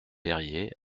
périer